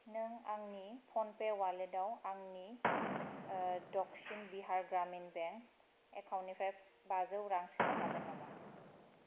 नों आंनि PhonePe wallet आव आंनि दक्सिन बिहार ग्रामिन बेंक एकाउन्ट निफ्राय बाजौ रां सोनो हागोन नामा